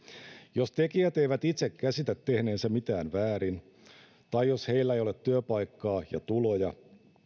jos tekijät eivät itse käsitä tehneensä mitään väärin tai jos heillä ei ole työpaikkaa ja tuloja